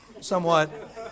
somewhat